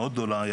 מעבר לכך